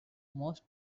most